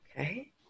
okay